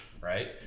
right